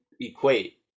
equate